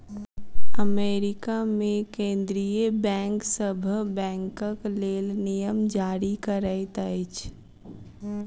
America मे केंद्रीय bank सभ बैंकक लेल नियम जारी करैत अछि